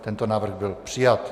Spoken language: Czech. Tento návrh byl přijat.